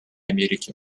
америки